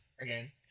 again